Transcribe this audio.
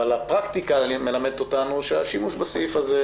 אבל הפרקטיקה מלמדת אותנו שהשימוש בסעיף הזה